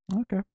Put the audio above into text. Okay